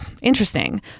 interesting